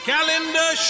Calendar